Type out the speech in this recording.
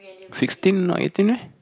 sixteen not eighteen meh